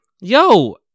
yo